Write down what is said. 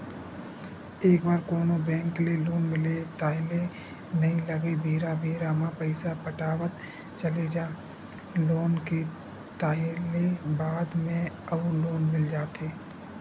एक बार कोनो बेंक ले लोन मिलगे ताहले नइ लगय बेरा बेरा म पइसा पटावत चले जा लोन के ताहले बाद म अउ लोन मिल जाथे